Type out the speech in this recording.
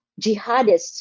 jihadists